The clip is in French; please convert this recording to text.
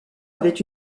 avaient